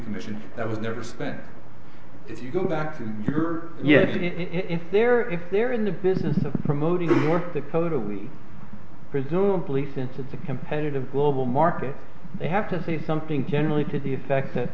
commissioned that was never spent if you go back to your yes if they're if they're in the business of promoting the work that totally presumably since it's a competitive global market they have to say something generally to the effect that